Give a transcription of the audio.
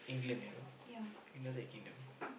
England you know United-Kingdom